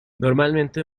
normalmente